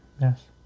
Yes